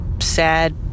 sad